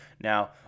Now